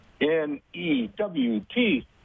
N-E-W-T